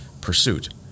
pursuit